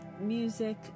music